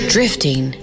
Drifting